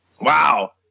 Wow